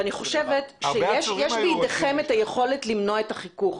אני חושבת שיש בידיכם את היכולת למנוע את החיכוך